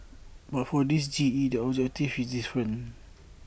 but for this G E the objective is different